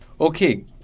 Okay